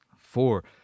Four